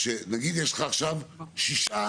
נגיד יש לך עכשיו שישה